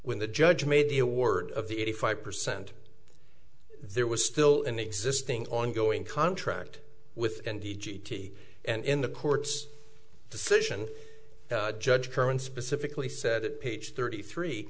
when the judge made the award of the eighty five percent there was still an existing ongoing contract with andy g t and in the court's decision judge current specifically said that page thirty three